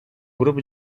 grupo